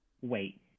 wait